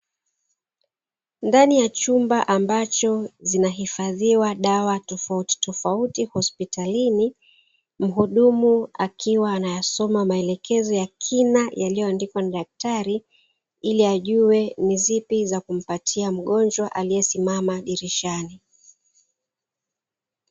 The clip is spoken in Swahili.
Ndani ya chumba ambacho zinahifadhiwa dawa tofauti tofauti hospitalini, Mhudumu akiwa anayasoma maelezo ya kina yaliyo andikwa na daktari ili ajue nizipi za kumpatia mgonjwa aliye simama dirishani.